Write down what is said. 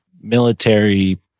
military